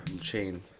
Chain